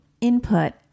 input